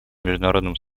международному